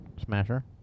Smasher